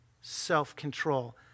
self-control